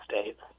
States